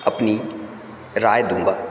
अपनी राय दूँगा